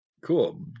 Cool